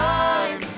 Time